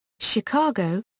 Chicago